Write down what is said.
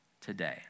today